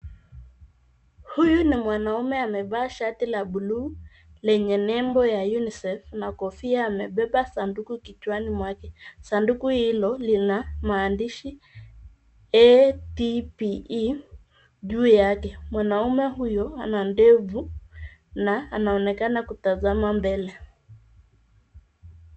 Huyu ni mwanamme amevaa shati la bluu lenye nembo ya [cs ] unisef [cs ] na kofia amebeba sanduku kichwani mwake. Sanduku hilo Lina maandishi ADPE juu yake. Mwanamme huyu ana ndevu na anaonekana kutazama mbele.